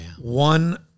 one